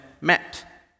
met